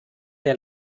der